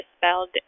spelled